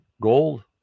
gold